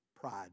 pride